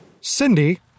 Cindy